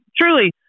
truly